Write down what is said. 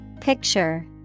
Picture